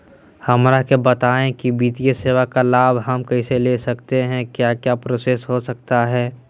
हमरा के बताइए की वित्तीय सेवा का लाभ हम कैसे ले सकते हैं क्या क्या प्रोसेस हो सकता है?